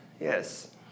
Yes